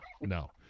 no